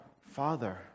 Father